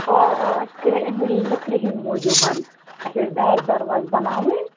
آ آ اَسہِ کَرے اَمہِ لکرِ ہِنٛدۍ موٗجوٗب اَسہِ ٲسۍ دارِ درواز بناوٕنۍ